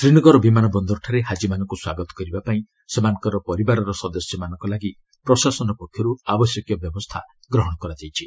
ଶ୍ରୀନଗର ବିମାନବନ୍ଦରଠାରେ ହାଜିମାନଙ୍କୁ ସ୍ୱାଗତ କରିବା ପାଇଁ ସେମାନଙ୍କର ପରିବାରର ସଦସ୍ୟମାନଙ୍କ ଲାଗି ପ୍ରଶାସନ ପକ୍ଷରୁ ଆବଶ୍ୟକୀୟ ବ୍ୟବସ୍ଥା ଗ୍ରହଣ କରାଯାଇଛି